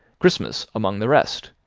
christmas among the rest.